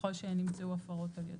ככול שנמצאו הפרות על ידו.